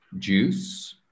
juice